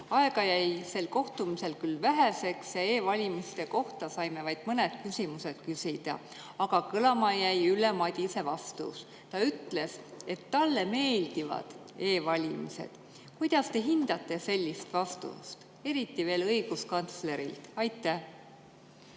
Aega jäi sel kohtumisel küll väheseks ja e-valimiste kohta saime vaid mõned küsimused küsida, aga kõlama jäi Ülle Madise vastus. Ta ütles, et talle meeldivad e-valimised. Kuidas te hindate sellist vastust, eriti veel õiguskantslerilt? Hea